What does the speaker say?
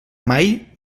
mai